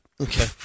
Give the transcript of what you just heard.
Okay